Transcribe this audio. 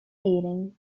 eating